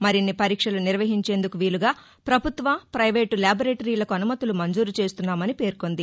మరిన్ని పరీక్షలు నిర్వహించేందుకు వీలుగా పభుత్వ పైవేటు ల్యాబొరేటరీలకు అనుమతులు మంజూరు చేస్తున్నామని పేర్కొంది